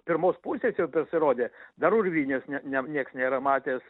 pirmos pusės jau pasirodė dar urvinės ne ne nieks nėra matęs